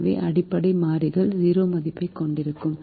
எனவே அடிப்படை மாறிகள் 0 மதிப்பைக் கொண்டிருக்கும்